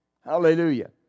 Hallelujah